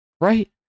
right